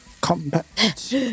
combat